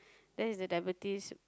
that is the diabetes